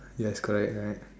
yes correct right